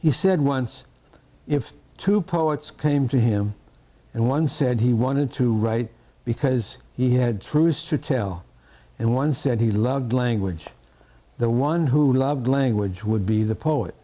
he said once if two poets came to him and one said he wanted to write because he had truths to tell and one said he loved language the one who loved language would be the poet